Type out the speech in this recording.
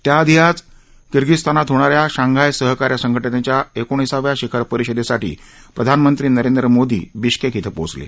त्याआधी किर्गिझीस्तानात होणाऱ्या शांघाय सहकार्य संघ िच्या एकोणीसाव्या शिखर परिषदेसाठी प्रधानमंत्री नरेंद्र मोदी आज बिश्केक िं पोचले